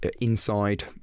inside